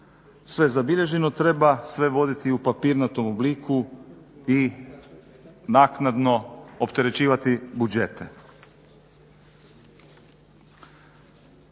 sve zabilježeno, treba sve voditi u papirnatom obliku i naknadno opterećivati budžete.